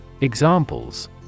Examples